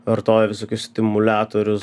vartojo visokius stimuliatorius